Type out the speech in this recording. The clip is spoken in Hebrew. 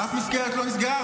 אף מסגרת לא נסגרה?